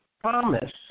promise